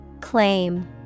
Claim